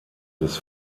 des